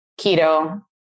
keto